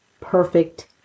perfect